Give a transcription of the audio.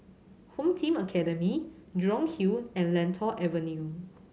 Home Team Academy Jurong Hill and Lentor Avenue